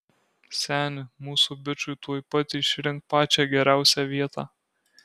seni mūsų bičui tuoj pat išrink pačią geriausią vietą